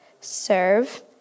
serve